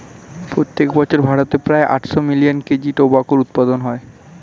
প্রত্যেক বছর ভারতে প্রায় আটশো মিলিয়ন কেজি টোবাকোর উৎপাদন হয়